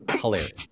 hilarious